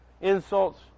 insults